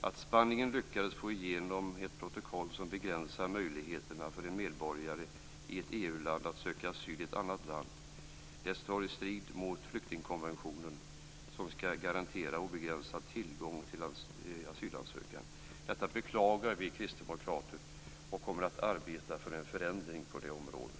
Att Spanien lyckades få igenom ett protokoll som begränsar möjligheterna för en medborgare i ett EU-land att söka asyl i ett annat land står i strid med flyktingkonventionen, som skall garantera obegränsad tillgång till asylansökan. Detta beklagar vi kristdemokrater, och vi kommer att arbeta för en förändring på det området.